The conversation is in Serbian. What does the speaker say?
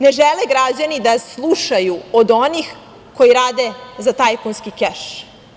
Ne žele građani da slušaju od onih koji rade za tajkunski keš.